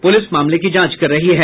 police मामले की जांच कर रही है